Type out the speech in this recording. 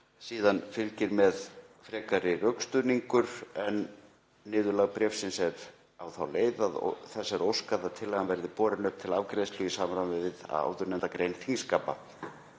Síðan fylgir með frekari rökstuðningur en niðurlag bréfsins er á þá leið að þess er óskað að tillagan verði borin upp til afgreiðslu í samræmi við áðurnefnda grein þingskapa.